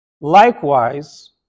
Likewise